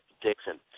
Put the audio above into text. Dixon